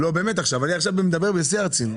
אני מדבר בשיא הרצינות.